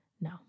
No